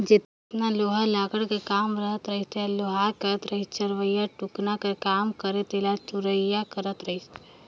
जेतना लोहा लाघड़ कर काम रहत रहिस तेला लोहार करत रहिसए चरहियाए टुकना कर काम रहें तेला तुरिया करत रहिस